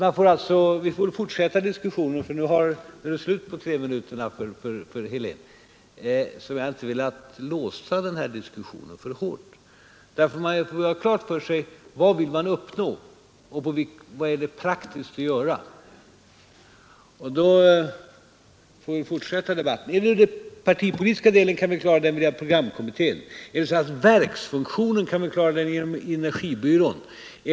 Vi får väl fortsätta diskussionen en annan gång, för nu är det slut på treminutersreplikerna för herr Helén. Jag har inte velat låsa den här diskussionen för hårt, för man måste göra klart för sig vad man vill uppnå och vad som är praktiskt att göra. Den partipolitiska delen kan vi klara inom programkommittén, och verksfunktionen så att säga kan vi klara inom energibyrån.